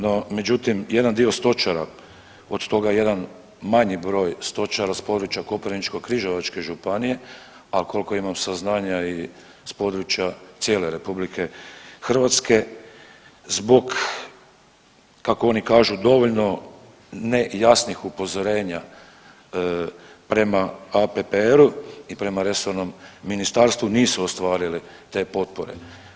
No, međutim jedan dio stočara, od toga jedan manji broj stočara s područja Koprivničko-križevačke županije, a koliko imam saznanja i s područja cijele RH zbog kako oni kažu dovoljno ne jasnih upozorenja prema APPR-u i prema resornom ministarstvu nisu ostvarili te potpore.